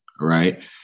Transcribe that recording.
right